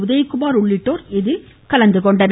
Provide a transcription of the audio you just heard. உதயகுமார் உள்ளிட்டோர் கலந்துகொண்டனர்